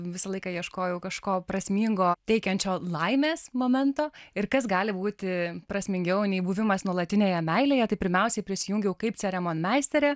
visą laiką ieškojau kažko prasmingo teikiančio laimės momento ir kas gali būti prasmingiau nei buvimas nuolatinėje meilėje tai pirmiausiai prisijungiau kaip ceremonmeisterė